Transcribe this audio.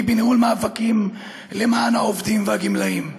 בניהול מאבקים למען העובדים והגמלאים.